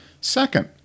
Second